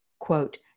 Quote